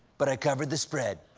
but i covered the spread.